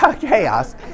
Chaos